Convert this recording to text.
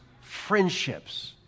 friendships